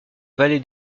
vallée